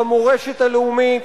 במורשת הלאומית,